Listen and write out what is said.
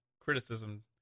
criticism